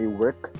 work